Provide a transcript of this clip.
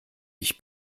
ich